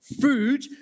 food